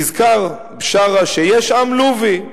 "נזכר בשארה שיש עם לובי.